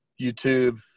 YouTube